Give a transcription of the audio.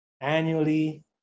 Annually